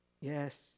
yes